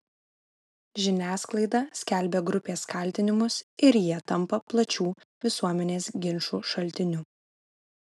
žiniasklaida skelbia grupės kaltinimus ir jie tampa plačių visuomenės ginčų šaltiniu